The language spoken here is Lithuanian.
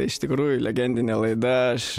iš tikrųjų legendinė laida aš